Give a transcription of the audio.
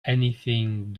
anything